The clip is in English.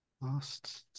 Last